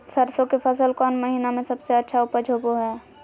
सरसों के फसल कौन महीना में सबसे अच्छा उपज होबो हय?